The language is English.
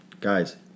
guys